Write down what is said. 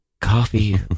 Coffee